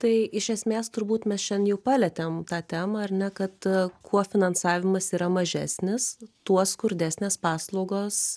tai iš esmės turbūt mes šiandien jau palietėm tą temą ar ne kad kuo finansavimas yra mažesnis tuo skurdesnės paslaugos